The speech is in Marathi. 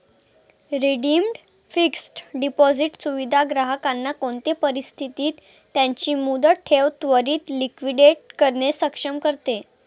रिडीम्ड फिक्स्ड डिपॉझिट सुविधा ग्राहकांना कोणते परिस्थितीत त्यांची मुदत ठेव त्वरीत लिक्विडेट करणे सक्षम करते